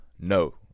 No